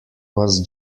was